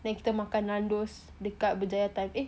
then kita makan Nandos dekat berjaya time eh